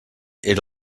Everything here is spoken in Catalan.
era